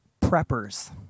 preppers